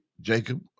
Jacob